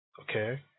okay